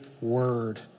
word